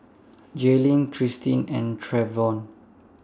Jaylynn Kristin and Travon